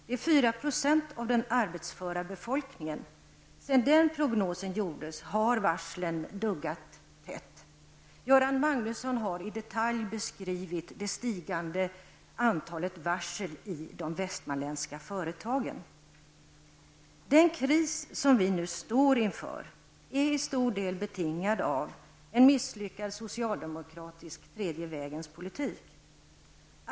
Det är 4 % av den arbetsföra befolkningen. Sedan den prognosen gjordes har varslen duggat tätt. Göran Magnusson har i detalj beskrivit det stigande antalet varsel i de västmanländska företagen. Den kris som vi nu står inför är till stor del betingad av en misslyckad socialdemokratisk ''tredje vägens politik''.